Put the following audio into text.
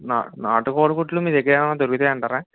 నా నాటుకోడి గుడ్లు మీ దగ్గర ఏమైన దొరుకుతాయంటారా